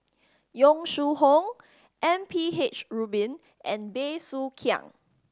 Yong Shu Hoong M P H Rubin and Bey Soo Khiang